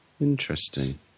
Interesting